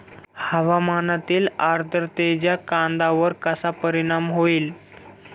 हवामानातील आर्द्रतेचा कांद्यावर कसा परिणाम होईल?